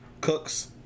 Cooks